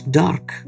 dark